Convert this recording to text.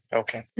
okay